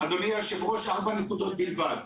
אדוני היושב-ראש, ארבע נקודות בלבד.